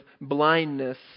blindness